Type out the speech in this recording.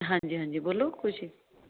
ਹਾਂਜੀ ਹਾਂਜੀ ਬੋਲੋ ਖੁਸ਼ੀ